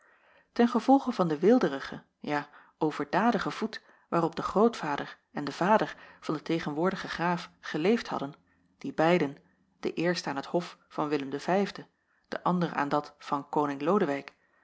ten gevolge van den weelderigen ja overdadigen voet waarop de grootvader en de vader van den tegenwoordigen graaf geleefd hadden die beiden de eerste aan het hof van willem v de ander aan dat van koning lodewijk